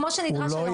כמו שנדרש היום.